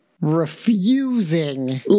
refusing